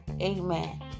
Amen